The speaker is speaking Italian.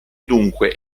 dunque